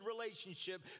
relationship